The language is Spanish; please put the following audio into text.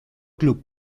club